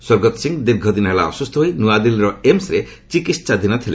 ସ୍ୱର୍ଗତ ସିଂହ ଦୀର୍ଘ ଦିନ ହେଲା ଅସୁସ୍ଥ ହୋଇ ନୂଆଦିଲ୍ଲୀରେ ଏମସ୍ରେ ଚିକିହାଧୀନ ଥିଲେ